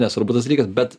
nesvarbus dalykas bet